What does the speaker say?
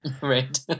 right